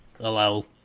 Hello